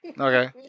okay